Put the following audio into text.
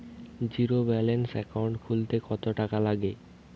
Zero balance account খুলতে কত টাকা লাগে?